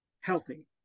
healthy